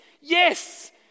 yes